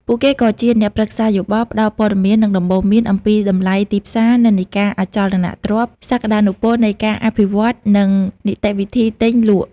ពួកគេក៏ជាអ្នកប្រឹក្សាយោបល់ ផ្តល់ព័ត៌មាន និងដំបូន្មានអំពីតម្លៃទីផ្សារ និន្នាការអចលនទ្រព្យ សក្តានុពលនៃការអភិវឌ្ឍន៍ និងនីតិវិធីទិញ លក់។